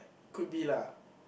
could be lah